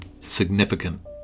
significant